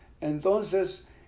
Entonces